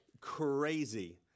crazy